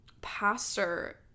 pastor